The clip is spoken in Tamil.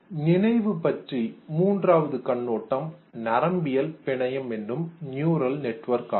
நினைவு பற்றிய மூன்றாவது கண்ணோட்டம் நரம்பியல் பிணையம் என்னும் நியூரல் நெட்வேர்க் ஆகும்